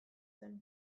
zen